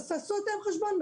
אז תעשו אתם חשבון,